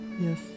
Yes